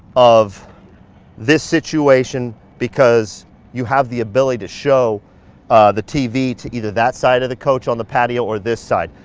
of this situation because you have the ability to show the tv to either that side of the couch on the patio or this side.